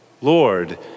Lord